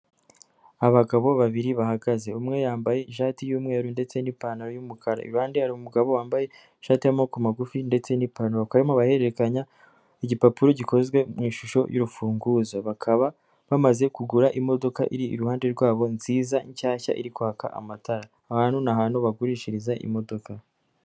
Abagabo babiri bahagaze, umwe yambaye ishati y'umweru ndetse n'ipantaro y'umukara, iruhande hari umugabo wambaye ishati y'amaboko magufi, ndetse n'ipantaro bakaba barimo barahererekanya igipapuro gikozwe mu ishusho y'urufunguzo, bakaba bamaze kugura imodoka iri iruhande rwabo nziza, nshyashya, iri kwaka amatara, aho hantu ni ahantu bagurishiriza imodoka.